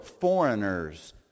foreigners